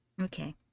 Okay